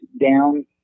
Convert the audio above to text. down